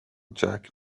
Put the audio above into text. jack